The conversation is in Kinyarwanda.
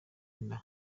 inda